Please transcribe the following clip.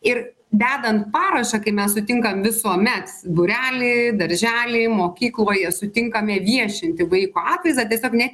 ir dedant parašą kai mes sutinkam visuomet būrely daržely mokykloje sutinkame viešinti vaiko atvaizdą tiesiog net